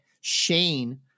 Shane